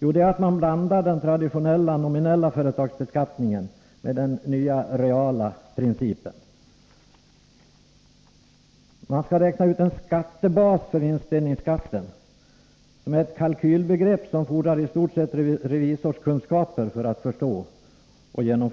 Jo, att man blandar den traditionella nominella företagsbeskattningen med den nya reala principen. Man skall räkna ut en skattebas för vinstdelningsskatten, som är ett kalkylbegrepp, vilket man måste ha i stort sett revisorskunskaper för att kunna förstå och tillämpa.